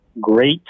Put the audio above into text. great